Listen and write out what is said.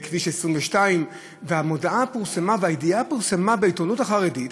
בכביש 22. המודעה פורסמה והידיעה פורסמה בעיתונות החרדית,